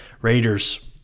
Raiders